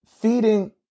feeding